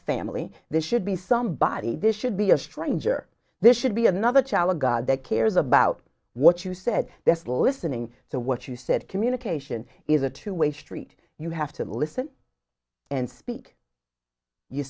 family there should be somebody this should be a stranger this should be another challenge god that cares about what you said they're listening to what you said communication is a two way street you have to listen and speak you